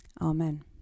Amen